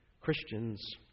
Christians